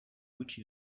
gutxi